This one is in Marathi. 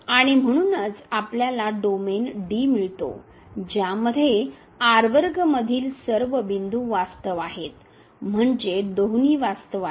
आणि म्हणूनच आपल्याला डोमेन D मिळतो ज्यामध्ये मधील सर्व बिंदू वास्तव आहेत म्हणजे दोन्ही वास्तव आहेत